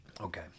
Okay